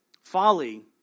Folly